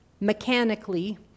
mechanically